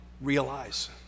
realize